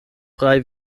frei